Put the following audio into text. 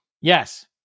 Yes